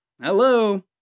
Hello